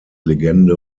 legende